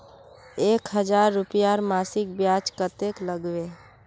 एक हजार रूपयार मासिक ब्याज कतेक लागबे?